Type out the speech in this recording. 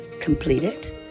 completed